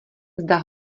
zda